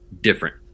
different